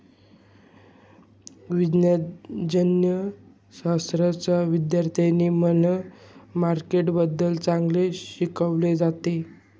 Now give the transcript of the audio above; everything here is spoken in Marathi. वाणिज्यशाश्राच्या विद्यार्थ्यांना मनी मार्केटबद्दल चांगले शिकवले जाते